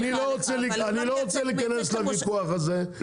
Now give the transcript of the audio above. בואו רבותי אני לא רוצה להיכנס לוויכוח הזה,